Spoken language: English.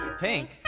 Pink